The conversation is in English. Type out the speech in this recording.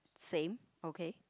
same okay